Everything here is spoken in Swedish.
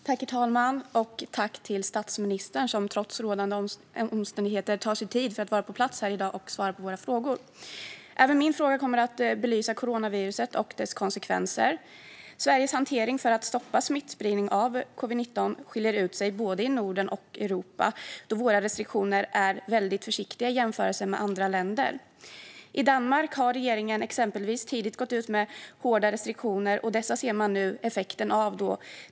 Herr talman! Jag vill tacka statsministern, som trots rådande omständigheter tar sig tid att vara på plats och svara på våra frågor. Även min fråga gäller coronaviruset och dess konsekvenser. Sveriges strategi för att stoppa smittspridning av covid-19 skiljer ut sig, både i Norden och i Europa, då våra restriktioner i jämförelse med andra länder är väldigt försiktiga. I exempelvis Danmark gick regeringen tidigt ut med hårda restriktioner. Det ser man nu effekten av.